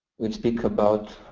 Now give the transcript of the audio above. will speak about